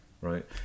right